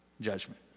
judgment